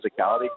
physicality